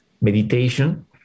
meditation